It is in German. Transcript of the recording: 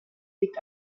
liegt